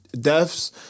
deaths